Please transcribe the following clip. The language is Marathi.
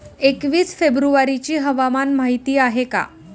एकवीस फेब्रुवारीची हवामान माहिती आहे का?